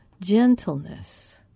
gentleness